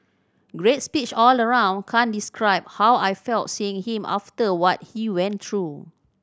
great speech all round can't describe how I felt seeing him after what he went through